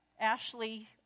Ashley